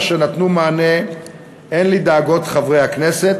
אשר נתנו מענה הן לדאגות של חברי הכנסת